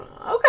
Okay